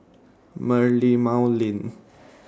Merlimau Lane